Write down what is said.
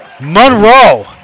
Monroe